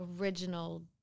original